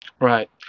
Right